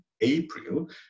April